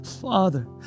Father